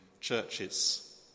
churches